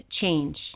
change